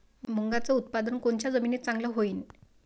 मुंगाचं उत्पादन कोनच्या जमीनीत चांगलं होईन?